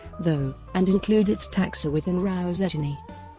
though, and include its taxa within rousettinae.